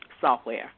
software